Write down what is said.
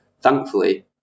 thankfully